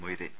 Moideen